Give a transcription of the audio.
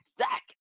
Zach